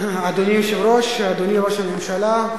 אדוני היושב-ראש, אדוני ראש הממשלה,